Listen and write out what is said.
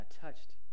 touched